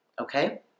Okay